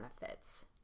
benefits